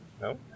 No